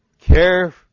care